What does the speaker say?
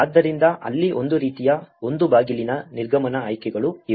ಆದ್ದರಿಂದ ಅಲ್ಲಿ ಒಂದು ರೀತಿಯ ಒಂದು ಬಾಗಿಲಿನ ನಿರ್ಗಮನ ಆಯ್ಕೆಗಳು ಇವೆ